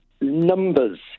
numbers